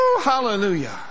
Hallelujah